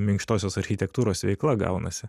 minkštosios architektūros veikla gaunasi